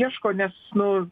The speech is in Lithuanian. ieško nes nu